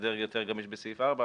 הסדר יותר גמיש בסעיף 4,